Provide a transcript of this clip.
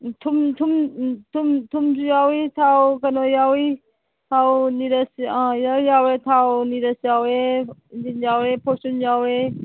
ꯊꯨꯝꯁꯨ ꯌꯥꯎꯏ ꯊꯥꯎ ꯀꯩꯅꯣ ꯌꯥꯎꯏ ꯊꯥꯎ ꯅꯤꯔꯁ ꯑꯥ ꯂꯣꯏ ꯌꯥꯎꯋꯦ ꯊꯥꯎ ꯅꯤꯔꯁ ꯌꯥꯎꯋꯦ ꯏꯟꯖꯤꯟ ꯌꯥꯎꯋꯦ ꯐꯣꯔꯆꯨꯟ ꯌꯥꯎꯋꯦ